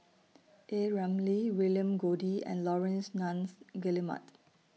A Ramli William Goode and Laurence Nunns Guillemard